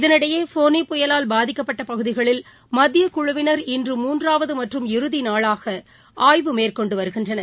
இதனிடையே ஃபோனி புயலால் பாதிக்கப்பட்ட பகுதிகளில் மத்தியக் குழுவினா் இன்று மூன்றாவது மற்றும் இறுதி நாளாக இன்று ஆய்வு மேற்கொண்டு வருகின்றனர்